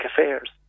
affairs